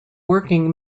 working